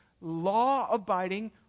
law-abiding